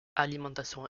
alimentation